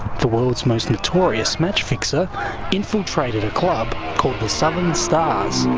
the world's most notorious match-fixer infiltrated a club called the southern stars.